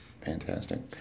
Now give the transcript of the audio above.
Fantastic